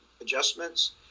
adjustments